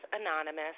Anonymous